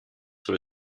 sur